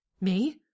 Me